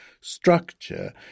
structure